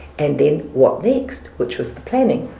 and then, what next, which was the planning.